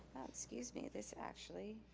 oh excuse me, this actually,